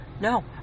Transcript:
no